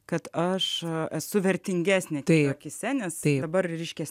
kad aš esu vertingesnė tai akyse nes tai dabar reiškiasi